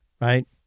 right